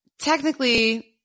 technically